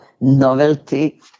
novelty